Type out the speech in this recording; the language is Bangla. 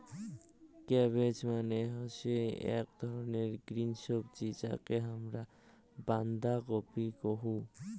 ক্যাবেজ মানে হসে আক ধরণের গ্রিন সবজি যাকে হামরা বান্ধাকপি কুহু